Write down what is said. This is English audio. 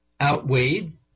outweighed